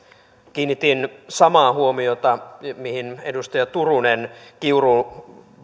kiinnitin samaan huomiota mihin edustaja turunen